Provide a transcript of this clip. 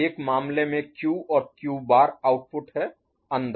एक मामले में Q और Q बार आउटपुट हैं अंदर